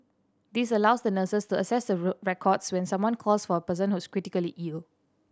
this allows the nurses to access records when someone calls for a person who is critically ill